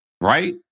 Right